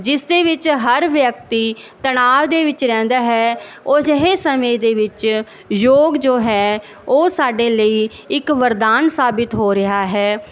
ਜਿਸ ਦੇ ਵਿੱਚ ਹਰ ਵਿਅਕਤੀ ਤਣਾਅ ਦੇ ਵਿੱਚ ਰਹਿੰਦਾ ਹੈ ਉਹ ਅਜਿਹੇ ਸਮੇਂ ਦੇ ਵਿੱਚ ਯੋਗ ਜੋ ਹੈ ਉਹ ਸਾਡੇ ਲਈ ਇੱਕ ਵਰਦਾਨ ਸਾਬਿਤ ਹੋ ਰਿਹਾ ਹੈ